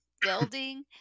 building